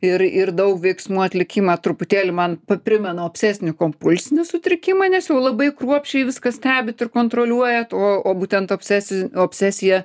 ir ir daug veiksmų atlikimą truputėlį man primena obsesinį kompulsinį sutrikimą nes jau labai kruopščiai viską stebit ir kontroliuojat o o būtent obsesi obsesiją